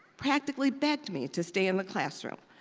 practically begged me to stay in the classroom,